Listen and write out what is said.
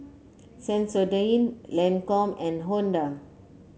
Sensodyne Lancome and Honda